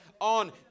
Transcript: On